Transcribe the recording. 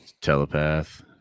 Telepath